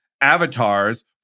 avatars